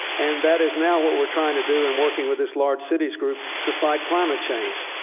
and that is now what we're trying to do, and working with this large cities group to fight climate change,